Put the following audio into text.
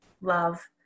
love